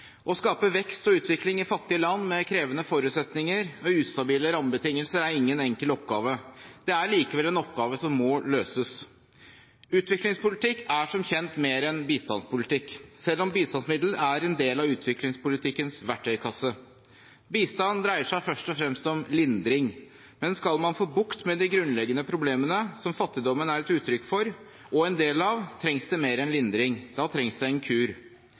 Å skape vekst og utvikling i fattige land med krevende forutsetninger og ustabile rammebetingelser er ingen enkel oppgave. Det er likevel en oppgave som må løses. Utviklingspolitikk er som kjent mer enn bistandspolitikk, selv om bistandsmidler er en del av utviklingspolitikkens verktøykasse. Bistand dreier seg først og fremst om lindring. Men skal man få bukt med de grunnleggende problemene, som fattigdommen er et uttrykk for og en del av, trengs det mer enn lindring. Da trengs det en kur.